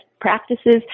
practices